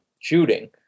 shooting